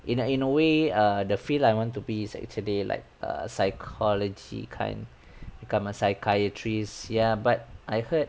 in a in a way err the field lah I want to be is actually like err psychology kind become a psychiatrist ya but I heard